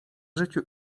życiu